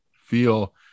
feel